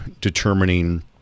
determining